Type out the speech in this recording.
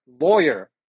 lawyer